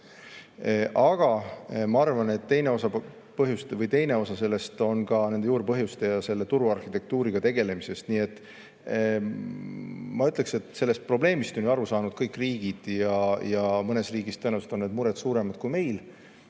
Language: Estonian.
Samas ma arvan, et teine osa sellest on ka nende juurpõhjuste ja selle turu arhitektuuriga tegelemine. Nii et ma ütleksin, et probleemist on aru saanud kõik riigid. Ja mõnes riigis tõenäoliselt on need mured suuremad kui meil.